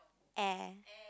air